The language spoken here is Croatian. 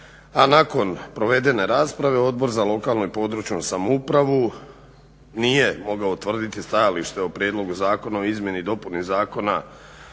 A nakon provedene rasprave Odbor za lokalnu i područnu samoupravu nije mogao utvrditi stajalište o Prijedlogu zakona o izmjeni i dopuni Zakona